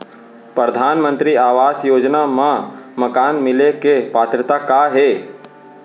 परधानमंतरी आवास योजना मा मकान मिले के पात्रता का हे?